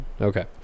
Okay